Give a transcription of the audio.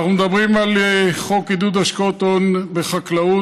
אנחנו מדברים על חוק עידוד השקעות הון בחקלאות.